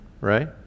right